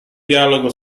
dialogo